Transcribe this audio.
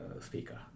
speaker